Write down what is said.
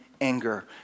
anger